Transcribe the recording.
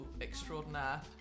extraordinaire